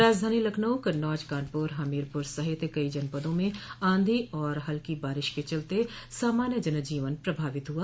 राजधानी लखनऊ कन्नौज कानपुर हमीरपुर सहित कई जनपदों में आंधी और हल्की वर्षा के चलते सामान्य जन जीवन प्रभावित हुआ